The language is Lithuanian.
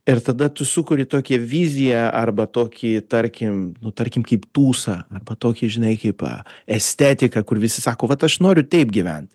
ir tada tu sukuri tokią viziją arba tokį tarkim nu tarkim kaip tūsą arba tokį žinai hipą estetiką kur visi sako vat aš noriu taip gyvent